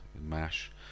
Mash